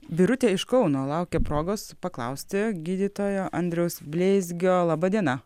birutė iš kauno laukia progos paklausti gydytojo andriaus bleizgio laba diena